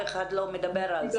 גם 62, אף אחד לא מדבר על זה.